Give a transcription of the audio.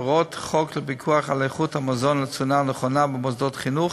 הוראות החוק לפיקוח על איכות המזון ולתזונה נכונה במוסדות החינוך